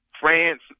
France